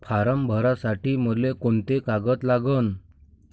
Form भरासाठी मले कोंते कागद लागन?